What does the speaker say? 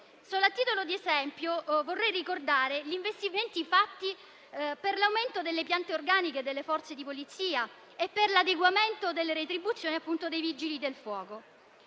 Solo a titolo di esempio vorrei ricordare gli investimenti fatti per l'aumento delle piante organiche delle Forze di polizia e per l'adeguamento delle retribuzioni dei Vigili del fuoco.